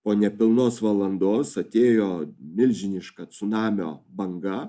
po nepilnos valandos atėjo milžiniška cunamio banga